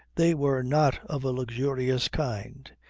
they were not of a luxurious kind.